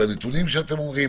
בנתונים שאתם מציגים,